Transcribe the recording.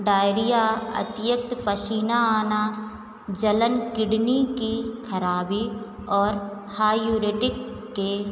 diarrhoea अतिरिक्त पसीना आना जलन किडनी की खराबी और हाईयूरेटिक के